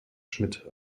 schmidt